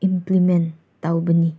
implement ꯇꯧꯕꯅꯤ